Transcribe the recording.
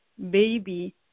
baby